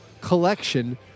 collection